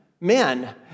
Men